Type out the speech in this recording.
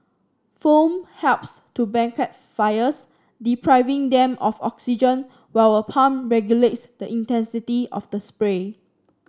foam helps to blanket fires depriving them of oxygen while a pump regulates the intensity of the spray